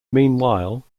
meanwhile